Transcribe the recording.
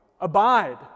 Abide